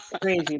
crazy